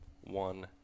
one